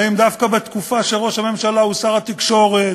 האם דווקא בתקופה שראש הממשלה הוא שר התקשורת?